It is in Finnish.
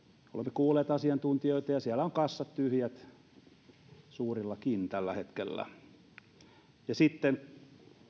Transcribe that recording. kuulleet asiantuntijoita ja siellä ovat kassat tyhjät suurillakin tällä hetkellä sitten